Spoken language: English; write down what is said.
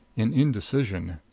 in indecision.